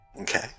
Okay